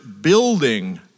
building